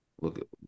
look